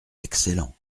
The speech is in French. excellent